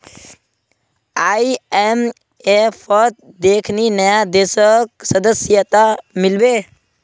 आईएमएफत देखनी नया देशक सदस्यता मिल बे